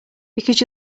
because